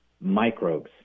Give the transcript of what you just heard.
microbes